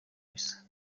bisa